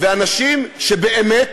ואנשים שבאמת